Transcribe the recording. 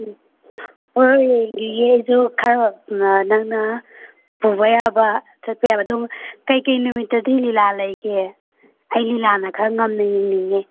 ꯎꯝ ꯍꯣꯏ ꯍꯣꯏ ꯑꯩꯁꯨ ꯈꯔ ꯅꯪꯅ ꯄꯨꯕ ꯌꯥꯕ ꯆꯠꯄ ꯌꯥꯕꯗꯣ ꯀꯔꯤ ꯀꯔꯤ ꯅꯨꯃꯤꯠꯇꯗꯤ ꯂꯤꯂꯥ ꯂꯩꯕꯒꯦ ꯑꯩ ꯂꯤꯂꯥꯅ ꯈꯔ ꯉꯝꯅ ꯌꯦꯡꯅꯤꯡꯏ